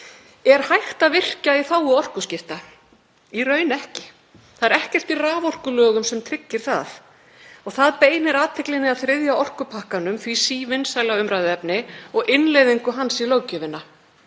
Er hægt að virkja í þágu orkuskipta? Í raun ekki. Það er ekkert í raforkulögum sem tryggir það. Það beinir athyglinni að þriðja orkupakkanum, því sívinsæla umræðuefni, og innleiðingu hans í löggjöfina.